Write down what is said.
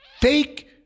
fake